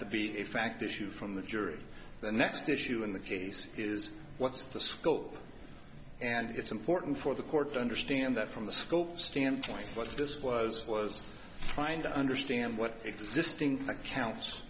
to be a fact issue from the jury the next issue in the case is what's the scope and it's important for the court to understand that from the scope standpoint what this was was trying to understand what existing five counts